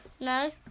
No